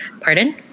Pardon